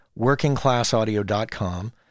workingclassaudio.com